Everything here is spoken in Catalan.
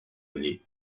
lli